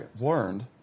learned